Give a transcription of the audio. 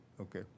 Okay